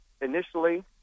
initially